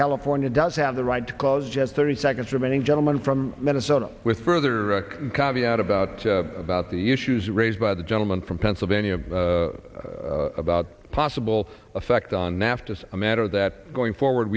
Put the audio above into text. california does have the right to cause just thirty seconds remaining gentleman from minnesota with further carving out about about the issues raised by the gentleman from pennsylvania about possible effect on nafta is a matter that going forward